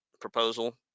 proposal